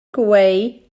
gweu